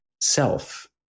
self